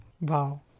Wow